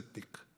צטניק.